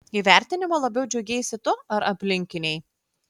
įvertinimu labiau džiaugeisi tu ar aplinkiniai